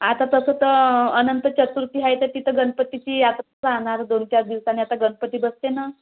आता तसं तर अनंत चतुर्थी आहे तर तिथं गणपतीची आता राहणार दोन चार दिवसानी आता गणपती बसते ना